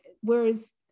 whereas